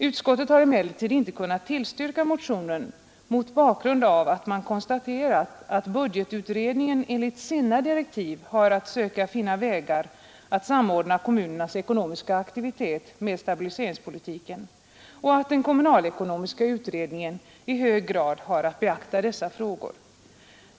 Utskottet har emellertid inte kunnat tillstyrka motionen mot bak grund av att man konstaterat att budgetutredningen enligt sina direktiv har att söka finna vägar att samordna kommunernas ekonomiska aktivitet med stabiliseringspolitiken och att den kommunalekonomiska utredningen i hög grad har att beakta dessa frågor.